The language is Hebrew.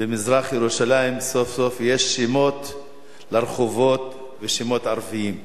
במזרח-ירושלים סוף-סוף יש שמות לרחובות ושמות ערביים,